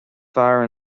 fearr